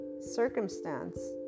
circumstance